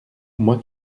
moi